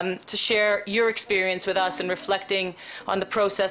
לחלוק אתנו את ניסיונך בנוגע לתהליך